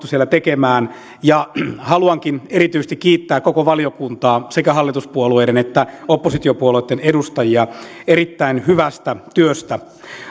siellä tekemään ja haluankin erityisesti kiittää koko valiokuntaa sekä hallituspuolueiden että oppositiopuolueitten edustajia erittäin hyvästä työstä